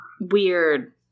weird